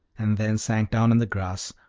and then sank down on the grass,